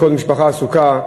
כל משפחה עסוקה,